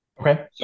Okay